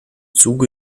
zuge